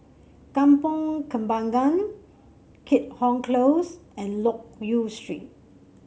Kampong Kembangan Keat Hong Close and Loke Yew Street